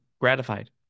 gratified